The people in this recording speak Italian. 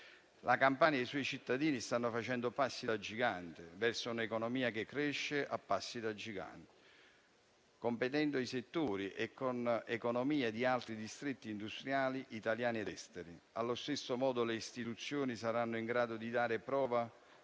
La Campania e i suoi cittadini stanno facendo passi da gigante verso un'economia che cresce a passi da gigante, consentendo ai propri settori di competere con economie di altri distretti industriali, italiani ed esteri. Allo stesso modo, le istituzioni saranno in grado di dare prova